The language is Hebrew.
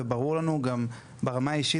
וברור לנו גם ברמה האישית,